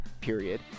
period